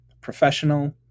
professional